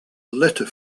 litter